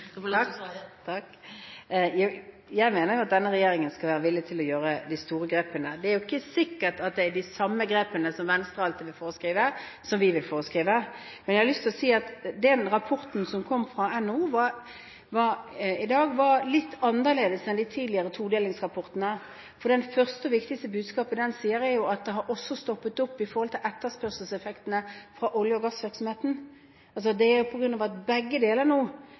jo at denne regjeringen skal være villig til å gjøre de store grepene. Det er jo ikke sikkert at det er de samme grepene som Venstre alltid vil foreskrive, som vi vil foreskrive. Men jeg har lyst til å si at den rapporten som kom fra NHO i dag, var litt annerledes enn de tidligere todelingsrapportene, for det første og viktigste budskapet den bringer, er jo at det også har stoppet opp med hensyn til etterspørselseffektene fra olje- og gassvirksomheten. Altså: Det er jo fordi begge deler nå